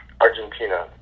Argentina